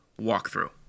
walkthrough